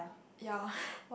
ya